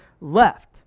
left